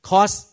Cause